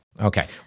Okay